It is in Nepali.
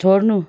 छोड्नु